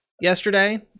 yesterday